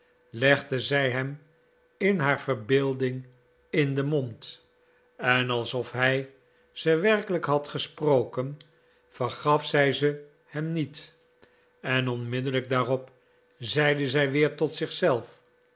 legde zij hem in haar verbeelding in den mond en alsof hij ze werkelijk had gesproken vergaf zij ze hem niet en onmiddellijk daarop zeide zij weer tot